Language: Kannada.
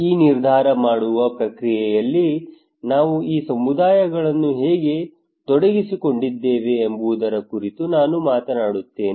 ಈ ನಿರ್ಧಾರ ಮಾಡುವ ಪ್ರಕ್ರಿಯೆಯಲ್ಲಿ ನಾವು ಈ ಸಮುದಾಯಗಳನ್ನು ಹೇಗೆ ತೊಡಗಿಸಿಕೊಂಡಿದ್ದೇವೆ ಎಂಬುದರ ಕುರಿತು ನಾನು ಮಾತನಾಡುತ್ತೇನೆ